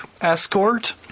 escort